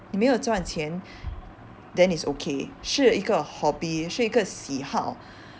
你没有赚钱 then it's okay 是一个 hobby 是一个喜好